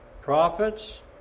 prophets